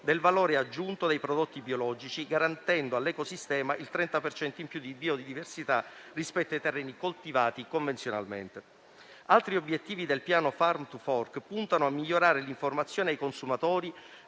del valore aggiunto dei prodotti biologici, garantendo all'ecosistema il 30 per cento in più di biodiversità rispetto ai terreni coltivati convenzionalmente. Altri obiettivi del piano Farm to fork puntano a migliorare l'informazione ai consumatori